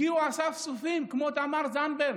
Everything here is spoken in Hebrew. הגיעו עכשיו אספסופים כמו תמר זנדברג,